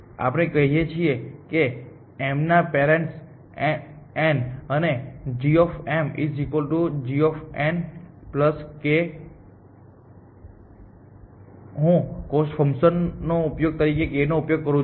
પછી આપણે કહીએ છીએ કે m ના પેરેન્ટ્સ n અને અને g g km n| હું કોસ્ટ ફંકશન તરીકે k નો ઉપયોગ કરું છું